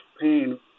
pain